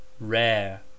Rare